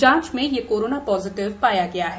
जांच में ये कोरोना पॉजिटिव पाया गया है